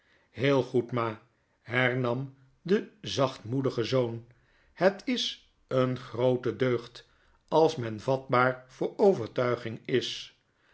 heel goed ma hernam de zachtmoedige zoon het is een groote deugd als men vatbaar voor overtuiging is